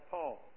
Paul